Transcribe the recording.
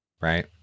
Right